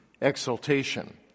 exaltation